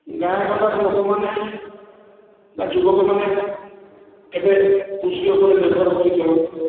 ଗାଁ ଗଣ୍ଡାର ଲୋକମାନେ ବା ଯୁବକମାନେ ଏବେ କୃଷି ଉପରେ ନିର୍ଭର କରି ଚଳନ୍ତି